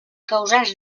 causants